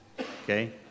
okay